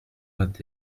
vingt